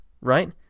right